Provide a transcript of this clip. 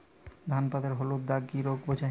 ধান পাতায় হলুদ দাগ কি রোগ বোঝায়?